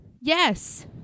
Yes